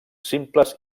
simples